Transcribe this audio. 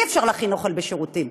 אי-אפשר להכין אוכל בשירותים,